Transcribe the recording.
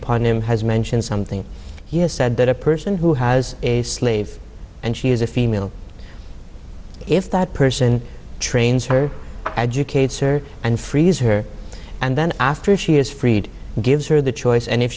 upon him has mentioned something he has said that a person who has a slave and she is a female if that person trains her educates or and frees her and then after she is freed gives her the choice and if